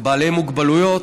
לבעלי מוגבלויות,